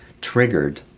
triggered